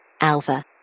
Alpha